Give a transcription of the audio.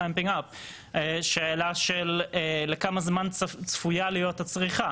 Ramping Up ; ואת השאלה: לכמה זמן צפויה להיות הצריכה?